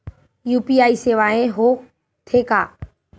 UPI सेवाएं हो थे का?